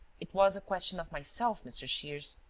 it was a question of myself, mr. shears.